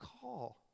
call